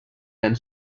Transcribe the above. and